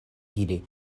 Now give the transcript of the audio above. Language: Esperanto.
ili